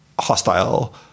hostile